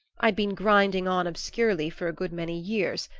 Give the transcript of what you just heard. i'd been grinding on obscurely for a good many years,